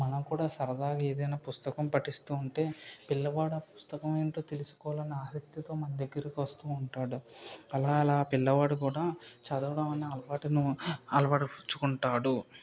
మనం కూడా సరదాగా ఏదైనా పుస్తకం పటిస్తూ ఉంటే పిల్లవాడు ఆ పుస్తకం ఏంటో తెలుసుకోవాలన్న అశక్తితో మన దగ్గరికి వస్తూ ఉంటాడు అలా అలా పిల్లవాడు కూడా చదవడం అనే అలవాటును అలవర్చుకుంటాడు